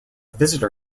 visitor